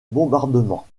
bombardement